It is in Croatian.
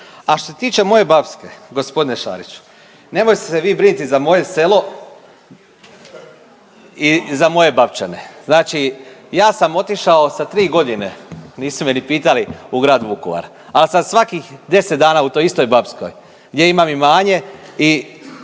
A što se tiče moje Bapske gospodine Šariću, nemojte se vi brinuti za moje selo i za moje Bapčane. Znači ja sam otišao sa tri godine, nisu me ni pitali u grad Vukovar ali sam svakih 10 dana u toj istoj Bapskoj gdje imam imanje i